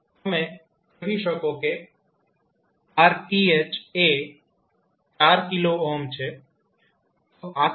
તમે કહી શકો કે RTh એ 4 k છે